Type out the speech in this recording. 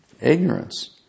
ignorance